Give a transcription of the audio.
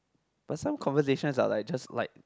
but some conversation are like just like